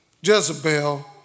Jezebel